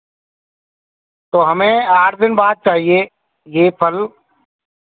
तो हमें आठ दिन बाद चाहिए यह फल